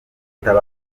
bita